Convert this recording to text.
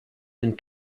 into